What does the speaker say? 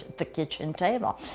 the kitchen table.